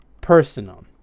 personal